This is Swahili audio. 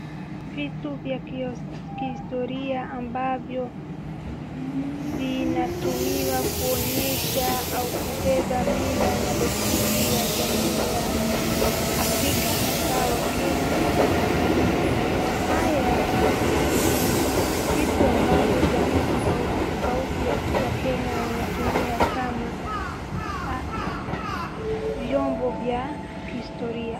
Vitu vya kihistoria ambavyo vinatumiwa kuonyesha au kubeba mila na desturi ya jamii ya afrika hasaa wakenya, haya ni vitu ambavyo jamii tofautitofauti ya Kenya inatumia kama vyombo vya kihistoria.